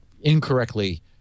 incorrectly